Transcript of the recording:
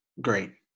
great